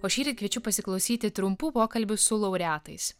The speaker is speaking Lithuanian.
o šįryt kviečiu pasiklausyti trumpų pokalbių su laureatais